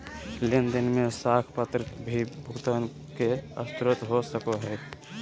लेन देन में साख पत्र भी भुगतान के स्रोत हो सको हइ